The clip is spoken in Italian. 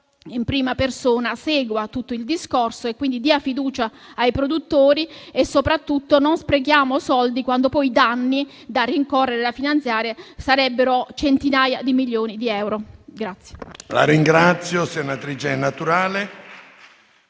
in prima persona segua tutto il discorso e dia fiducia ai produttori. E soprattutto non sprechiamo soldi quando poi i danni da rincorrere e finanziare consisterebbero in centinaia di milioni di euro.